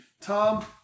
Tom